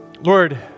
Lord